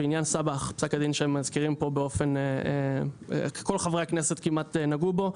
בעניין סבאח כל חברי הכנסת כמעט נגעו בו,